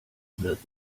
wird